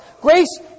Grace